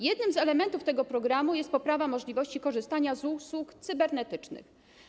Jednym z elementów tego programu jest poprawa możliwości korzystania z usług cybernetycznych.